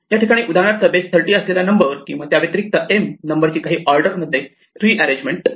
या ठिकाणी उदाहरणार्थ बेस थर्टी असलेला नंबर किंवा त्या या व्यतिरिक्त M नंबरची काही ऑर्डर मध्ये रीअरेंजमेंट